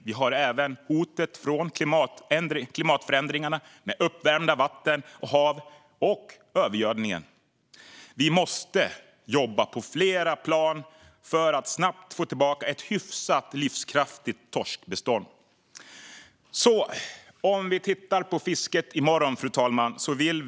Vi har även hotet från klimatförändringarna med uppvärmda vatten och hav och övergödning. Vi måste jobba på flera plan för att snabbt få tillbaka ett hyfsat livskraftigt torskbestånd. Fru talman! Låt oss se på morgondagens fiske.